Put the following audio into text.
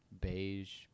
beige